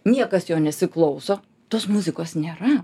niekas jo nesiklauso tos muzikos nėra